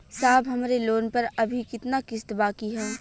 साहब हमरे लोन पर अभी कितना किस्त बाकी ह?